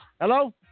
hello